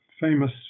famous